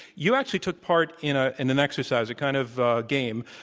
you actually took part in ah in an exercise, a kind of game,